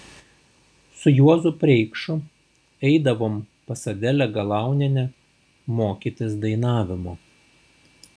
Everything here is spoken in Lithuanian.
su juozu preikšu eidavom pas adelę galaunienę mokytis dainavimo